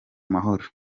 mahoro